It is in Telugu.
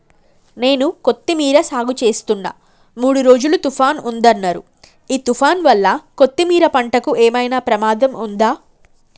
నేను కొత్తిమీర సాగుచేస్తున్న మూడు రోజులు తుఫాన్ ఉందన్నరు ఈ తుఫాన్ వల్ల కొత్తిమీర పంటకు ఏమైనా ప్రమాదం ఉందా?